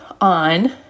on